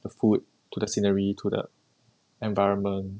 the food to the scenery to the environment